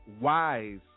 wise